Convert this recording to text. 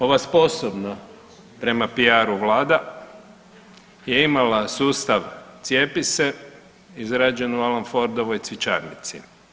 Ova sposobna prema PR-u Vlada je imala sustav cijepi se izrađen u Alan Fordovoj cvjećarnici.